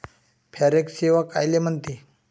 Forex सेवा कायले म्हनते?